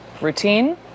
Routine